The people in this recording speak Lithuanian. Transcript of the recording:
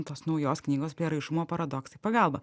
tos naujos knygos prieraišumo paradoksai pagalba